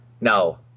Now